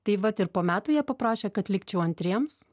tai vat ir po metų jie paprašė kad likčiau antriems